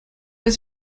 ist